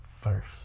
first